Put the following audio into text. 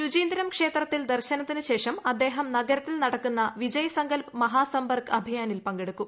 ശുചീന്ദ്രം ക്ഷേത്രത്തിൽ ദർശനത്തിന് ശേഷം അദ്ദേഹം നഗരത്തിൽ നടക്കുന്ന വിജയ് സങ്കൽപ്പ് മഹാസമ്പർക്ക് അഭിയാനിൽ പങ്കെടുക്കും